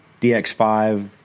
DX5